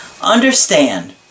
Understand